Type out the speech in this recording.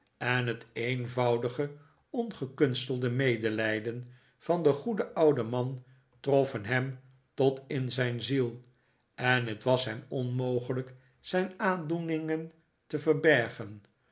en het eenvoudige ongekunstelde medelijden van den goeden ouden man troffen hem tot in zijn ziel en het was hem onmogelijk zijn aandoeningen te verbergen